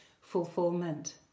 fulfillment